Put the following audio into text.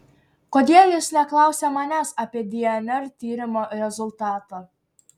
kodėl jis neklausia manęs apie dnr tyrimo rezultatą